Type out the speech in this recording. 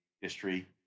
history